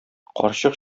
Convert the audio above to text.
карчык